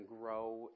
grow